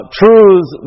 truths